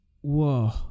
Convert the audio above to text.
whoa